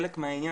חלק מהעניין,